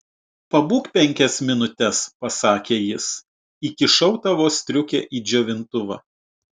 pabūk penkias minutes pasakė jis įkišau tavo striukę į džiovintuvą